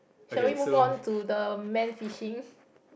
shall we move on to the man fishing